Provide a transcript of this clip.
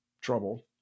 trouble